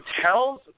tells